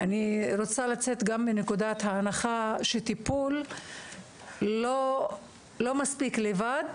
אני רוצה לצאת מנקודת הנחה שטיפול לא מספיק לבד,